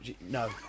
no